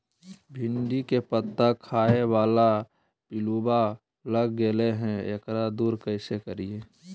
भिंडी के पत्ता खाए बाला पिलुवा लग गेलै हैं, एकरा दूर कैसे करियय?